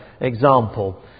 example